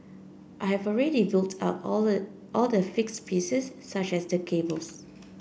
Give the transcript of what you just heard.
I have already built up all the all the fixed pieces such as the cables